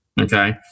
Okay